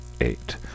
eight